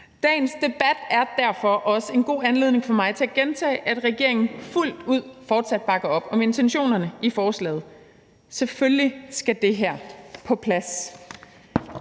Dagens debat er derfor også en god anledning for mig til at gentage, at regeringen fuldt ud fortsat bakker op om intentionerne i forslaget, og selvfølgelig skal det her på plads.